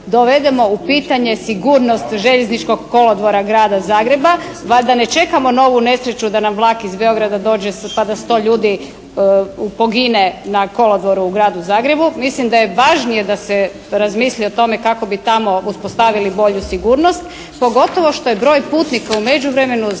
dovedemo u pitanje sigurnost Željezničkog kolodvora Grada Zagreba bar da ne čekamo novu nesreću da nam vlak iz Beograda dođe sa … /Govornica se ne razumije./ … 100 ljudi pogine na kolodvoru u gradu Zagrebu. Mislim da je važnije da se razmisli o tome kako bi tamo uspostavili bolju sigurnost. Pogotovo što je broj putnika u međuvremenu